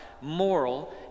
moral